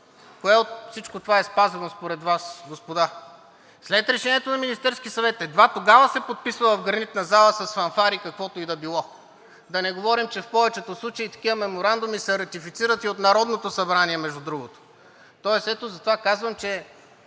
Кое от всичко това е спазено според Вас, господа? След решението на Министерския съвет, едва тогава се подписва в Гранитната зала с фанфари каквото и да е било. Да не говорим, че в повечето случаи такива меморандуми се ратифицират и от Народното събрание, между другото. Тоест ето затова казвам, че